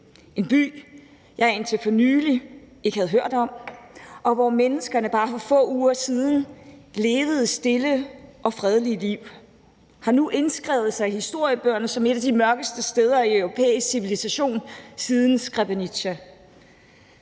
Den by, jeg indtil for nylig ikke havde hørt om, og hvor menneskene bare for få uger siden levede et stille og fredeligt liv, har nu indskrevet sig i historiebøgerne som et af de mørkeste steder i europæisk civilisation siden Srebrenica.